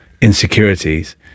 insecurities